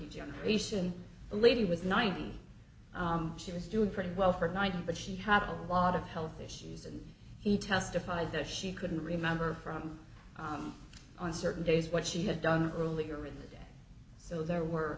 degeneration a lady was ninety she was doing pretty well for nine but she had a lot of health issues and he testified that she couldn't remember from on certain days what she had done earlier in the day so there were